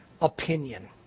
opinion